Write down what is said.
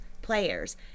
players